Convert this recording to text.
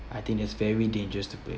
I think it's very dangerous to play